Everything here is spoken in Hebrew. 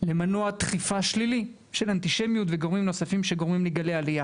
למנוע דחיפה שלילי של אנטישמיות וגורמים נוספים שגורמים לגלי עלייה,